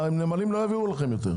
הנמלים לא יביאו לכם את זה.